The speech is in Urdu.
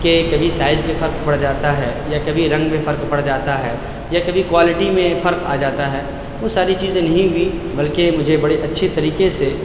کہ کبھی سائز میں فرق پڑ جاتا ہے یا کبھی رنگ میں فرق پڑ جاتا ہے یا کبھی کوائلٹی میں فرق آ جاتا ہے وہ ساری چیزیں نہیں ہوئی بلکہ مجھے بڑے اچھے طریقے سے